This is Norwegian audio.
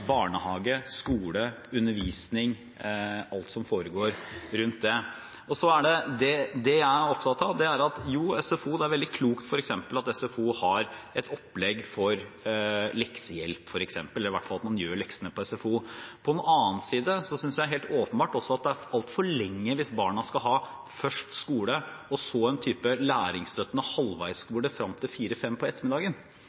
barnehage, skole, undervisning og alt som foregår rundt det. Det jeg er opptatt av, er at jo, det er veldig klokt at SFO har et opplegg for f.eks. leksehjelp, eller i hvert fall at man gjør leksene på SFO. På den annen side synes jeg helt åpenbart også at det er altfor lenge hvis barna skal ha først skole og så en type læringsstøttende